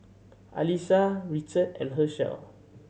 Alisha Richard and Hershell